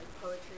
poetry